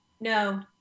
No